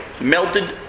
melted